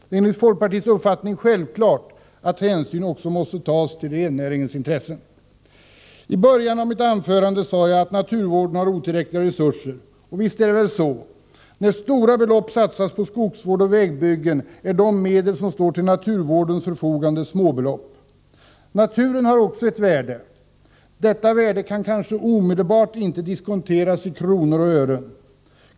Det är enligt folkpartiets uppfattning självklart att hänsyn också måste tas till rennäringens intressen. I början av mitt anförande sade jag att naturvården har otillräckliga resurser. Och visst är det väl så. När stora belopp satsas på skogsvård och vägbyggen, är de medel som står till naturvårdens förfogande småbelopp. Naturen har också ett värde. Detta värde kan kanske inte omedelbart diskonteras i kronor och ören.